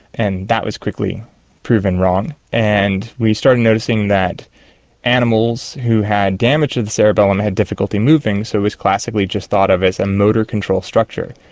and that was quickly proven wrong. and we started noticing that animals who had damage to the cerebellum had difficulty moving, so it was classically just thought of as a motor control structure.